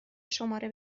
شماره